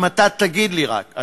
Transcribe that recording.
אם אתה תגיד לי רק,